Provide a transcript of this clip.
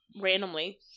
randomly